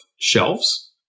shelves